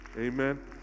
Amen